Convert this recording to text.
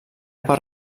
per